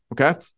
okay